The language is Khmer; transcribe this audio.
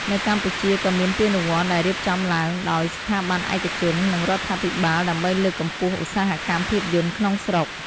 នៅកម្ពុជា ក៏មានពានរង្វាន់ដែលរៀបចំឡើងដោយស្ថាប័នឯកជន និងរដ្ឋាភិបាល ដើម្បីលើកកម្ពស់ឧស្សាហកម្មភាពយន្តក្នុងស្រុក។